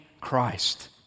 Christ